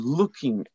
looking